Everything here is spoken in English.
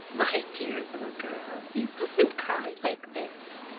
my dear little girl, you mustn't cry like this,